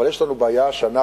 אבל יש לנו בעיה שאנחנו,